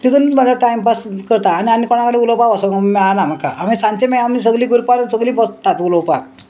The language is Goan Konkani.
तितून म्हाजो टायमपास करता आनी आनी कोणा कडेन उलोवपाक वोसोन मेळना म्हाका आमी सांचे मागीर आमी सगळीं ग्रुपार सगलीं बसतात उलोवपाक